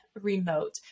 remote